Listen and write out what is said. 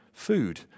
Food